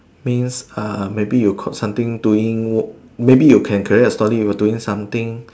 means uh maybe you caught something doing work maybe you can create a story you're doing something